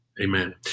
Amen